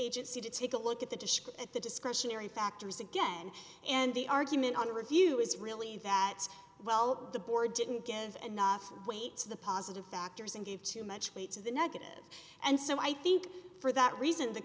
agency to take a look at the disk at the discretionary factors again and the argument on review is really that well the board didn't give enough weight to the positive factors and give too much weight to the negative and so i think for that reason the